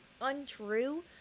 untrue